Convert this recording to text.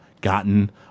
gotten